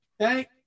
Okay